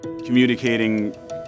communicating